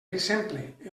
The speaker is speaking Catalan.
exemple